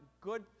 good